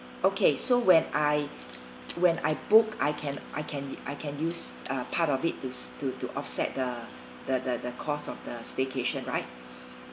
okay so when I when I book I can I can I can use uh part of it to s~ to to offset the the the the cost of the staycation right